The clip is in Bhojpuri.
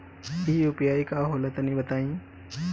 इ यू.पी.आई का होला तनि बताईं?